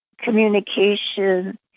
communication